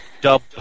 Dub